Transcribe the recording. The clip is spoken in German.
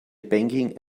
banking